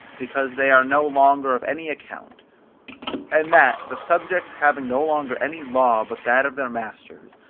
because they are no longer of any account and that, the subjects having no longer any law but that of their master,